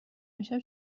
امشب